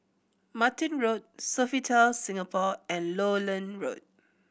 Martin Road Sofitel Singapore and Lowland Road